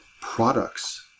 products